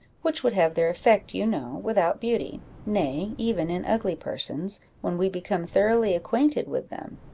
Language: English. which would have their effect, you know, without beauty nay, even in ugly persons, when we become thoroughly acquainted with them.